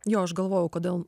jo aš galvojau kodėl